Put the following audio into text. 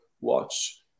watch